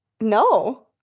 no